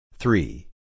Three